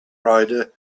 rider